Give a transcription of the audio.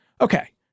Okay